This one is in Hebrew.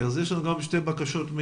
זה עושה את זה מאוד לא פשוט כי חלק